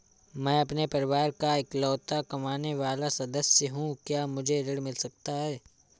मैं अपने परिवार का इकलौता कमाने वाला सदस्य हूँ क्या मुझे ऋण मिल सकता है?